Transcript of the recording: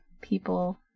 people